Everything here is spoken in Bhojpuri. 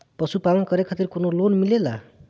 पशु पालन करे खातिर काउनो लोन मिलेला?